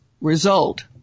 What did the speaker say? result